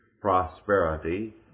prosperity